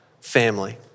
family